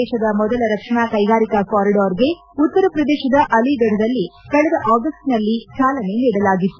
ದೇಶದ ಮೊದಲ ರಕ್ಷಣಾ ಕೈಗಾರಿಕಾ ಕಾರಿಡಾರ್ ಗೆ ಉತ್ತರ ಪ್ರದೇಶದ ಅಲಿಗಢದಲ್ಲಿ ಕಳೆದ ಆಗಸ್ಟ್ ನಲ್ಲಿ ಚಾಲನೆ ನೀಡಲಾಗಿತ್ತು